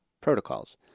protocols